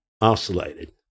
oscillated